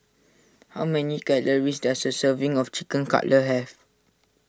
how many calories does a serving of Chicken Cutlet have